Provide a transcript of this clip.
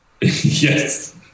yes